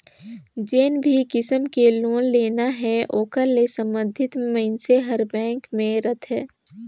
जेन भी किसम के लोन लेना हे ओकर ले संबंधित मइनसे हर बेंक में रहथे